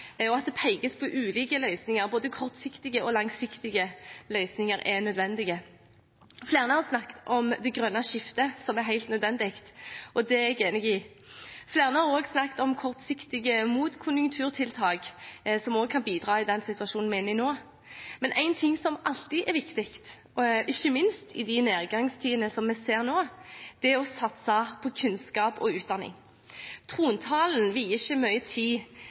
og at det pekes på ulike løsninger. Både kortsiktige og langsiktige løsninger er nødvendige. Flere har snakket om det grønne skiftet som er helt nødvendig. Det er jeg enig i. Flere har også snakket om kortsiktige motkonjunkturtiltak, som også kan bidra i den situasjonen vi er i nå. Men noe som alltid er viktig, ikke minst i de nedgangstidene som vi ser nå, er å satse på kunnskap og utdanning. Trontalen vier ikke mye tid